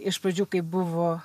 iš pradžių kaip buvo